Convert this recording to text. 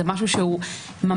זה משהו שהוא ממש